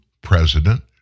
President